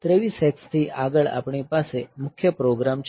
30 હેક્સથી આગળ આપણી પાસે મુખ્ય પ્રોગ્રામ છે